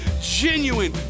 genuine